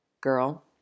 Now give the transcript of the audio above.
Girl